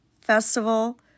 Festival